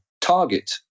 target